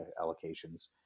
allocations